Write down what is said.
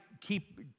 keep